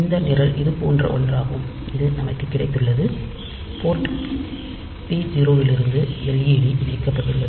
இந்த நிரல் இது போன்ற ஒன்றாகும் இது நமக்கு கிடைத்துள்ளது போர்ட் பி 0 இலிருந்து led இணைக்கப்பட்டுள்ளது